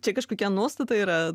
čia kažkokia nuostata yra